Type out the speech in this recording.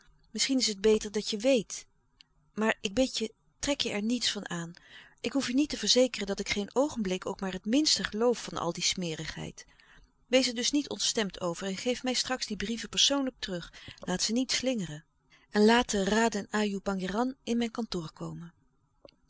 misschien is het beter dat je weet maar ik bid je trek je er niets van aan ik hoef je niet te verzekeren dat ik geen oogenlouis couperus de stille kracht blik ook maar het minste geloof van al die smerigheid wees er dus niet ontstemd over en geef mij straks die brieven persoonlijk terug laat ze niet slingeren en laat de raden ajoe pangéran in mijn kantoor komen